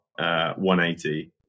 180